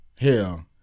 hell